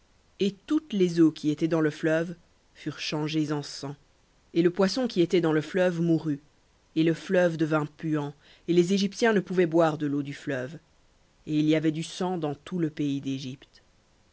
et toutes les eaux qui étaient dans le fleuve furent changées en sang et le poisson qui était dans le fleuve mourut et le fleuve devint puant et les égyptiens ne pouvaient boire de l'eau du fleuve et il y avait du sang dans tout le pays d'égypte